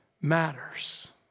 matters